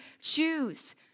choose